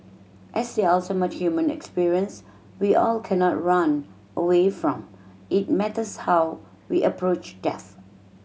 as the ultimate human experience we all cannot run away from it matters how we approach death